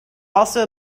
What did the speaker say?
also